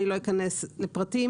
אני לא אכנס לפרטים